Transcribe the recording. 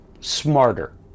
smarter